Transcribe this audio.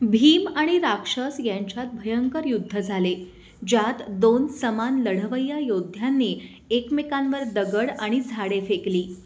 भीम आणि राक्षस यांच्यात भयंकर युद्ध झाले ज्यात दोन समान लढवय्या योद्ध्यांनी एकमेकांवर दगड आणि झाडे फेकली